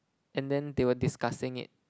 and then they were discussing it